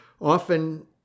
often